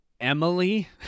Emily